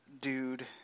dude